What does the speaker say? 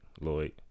Lloyd